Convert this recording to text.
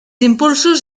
impulsos